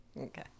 Okay